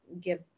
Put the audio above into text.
give